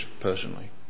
personally